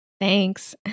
Thanks